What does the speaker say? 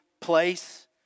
place